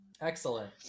excellent